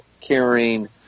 carrying